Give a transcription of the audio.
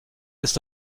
ist